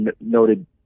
noted